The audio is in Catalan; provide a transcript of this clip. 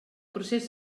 procés